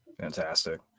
Fantastic